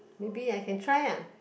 maybe I can try ah